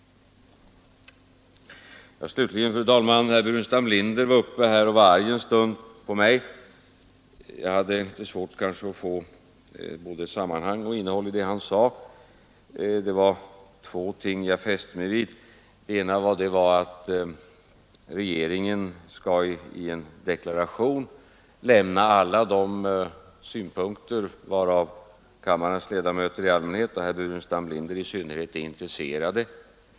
Fru talman! Herr Burenstam Linder var uppe här och var arg en stund på mig. Jag hade kanske litet svårt att få både sammanhang och innehåll i det han sade. Det var två ting jag fäste mig vid. Det ena var att regeringen i en deklaration skall lämna alla de synpunkter varav kammarens ledamöter i allmänhet och herr Burenstam Linder i synnerhet är intresserade.